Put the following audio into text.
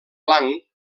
blanc